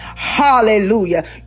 Hallelujah